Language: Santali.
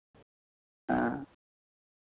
ᱦᱮᱸ